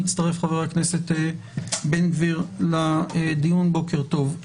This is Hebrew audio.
חבר הכנסת בן גביר הצטרף לדיון, בוקר טוב.